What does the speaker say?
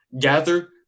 gather